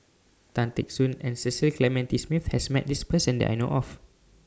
Tan Teck Soon and Cecil Clementi Smith has Met This Person that I know of